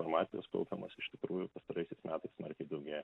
informacijos kaupiamos iš tikrųjų pastaraisiais metais smarkiai daugėja